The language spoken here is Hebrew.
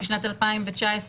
בשנת 2019,